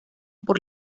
por